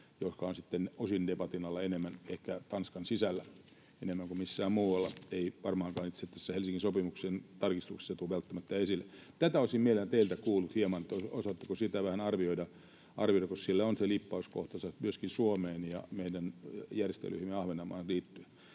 jotka ovat sitten osin debatin alla ehkä Tanskan sisällä enemmän kuin missään muualla, eivätkä ne varmaankaan itse tässä Helsingin sopimuksen tarkistuksessa tule välttämättä esille. Tästä olisin mielelläni teiltä kuullut hieman, osaatteko sitä vähän arvioida, koska sillä on se liippauskohtansa myöskin Suomeen ja meidän järjestelyihimme Ahvenanmaahan liittyen.